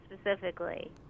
specifically